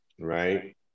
Right